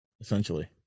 essentially